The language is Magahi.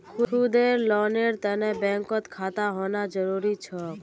खुदेर लोनेर तने बैंकत खाता होना जरूरी छोक